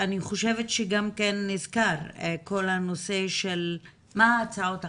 הוזכר עניין הצעות החקיקה.